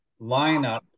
lineup